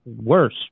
worse